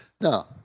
Now